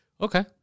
okay